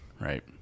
Right